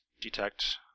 detect